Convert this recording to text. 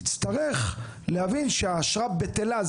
תצטרך להבין שהאשרה בטלה,